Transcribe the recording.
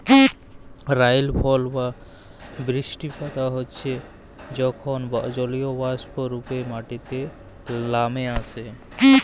রাইলফল বা বিরিস্টিপাত হচ্যে যখল জলীয়বাষ্প রূপে মাটিতে লামে আসে